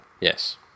Yes